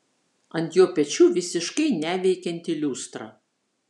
ant jo pečių visiškai neveikianti liustra